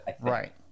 Right